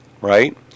right